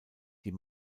die